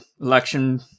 election